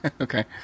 Okay